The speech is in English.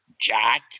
Jack